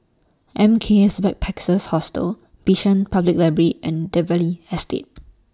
M K S Backpackers Hostel Bishan Public Library and Dalvey Estate